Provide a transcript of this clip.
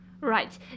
Right